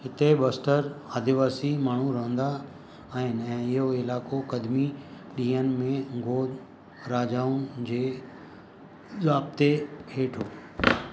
हिते बस्तर आदिवासी माण्हू रहंदा आहिनि ऐं इहो इलाइक़ो कदमी ॾींहनि में गोंड राजाउनि जे ज़ाब्ते हेठि हुओ